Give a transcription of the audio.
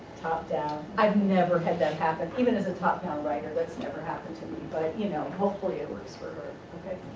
top down. i've never had that happen even as a top-down writer that's never happened to me but you know hopefully it works for her.